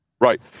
Right